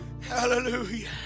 Hallelujah